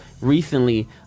recently